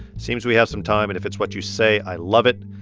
seems we have some time, and if it's what you say, i love it,